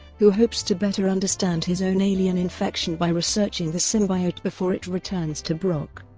who hopes to better understand his own alien infection by researching the symbiote before it returns to brock.